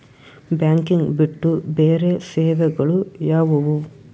Banking ಬಿಟ್ಟು ಬೇರೆ ಸೇವೆಗಳು ಯಾವುವು?